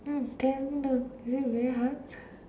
hmm cannot really very hard